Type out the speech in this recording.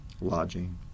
Lodging